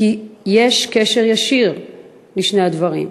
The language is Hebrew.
כי יש קשר ישיר בין שני הדברים.